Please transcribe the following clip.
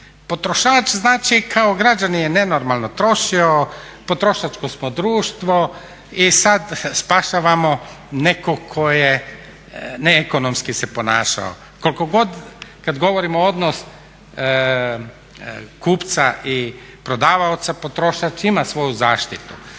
Potrošač znači kao građanin je nenormalno trošio, potrošačko smo društvo i sad spašavamo nekog tko je neekonomski se ponašao. Koliko god, kad govorimo odnos kupca i prodavaoca potrošač ima svoju zaštitu